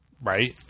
right